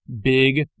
big